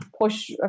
push